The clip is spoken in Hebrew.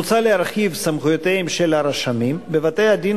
מוצע להרחיב את סמכויותיהם של הרשמים בבתי-הדין